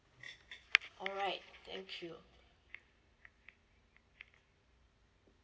alright thank you